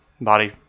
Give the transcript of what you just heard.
body